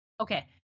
Okay